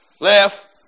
left